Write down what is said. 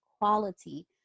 quality